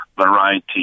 variety